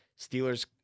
Steelers